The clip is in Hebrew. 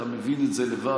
אתה מבין את זה לבד.